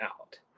out